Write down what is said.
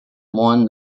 won